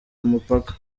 umupaka